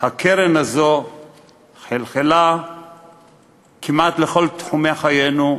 הקרן הזאת חלחלה לכל תחומי חיינו כמעט,